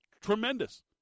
tremendous